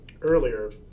earlier